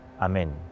Amen